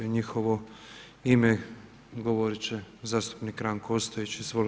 U njihovo ime govorit će zastupnik Ranko Ostojić.